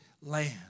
land